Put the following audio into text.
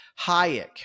Hayek